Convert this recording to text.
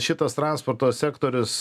šitas transporto sektorius